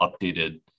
updated